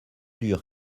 dur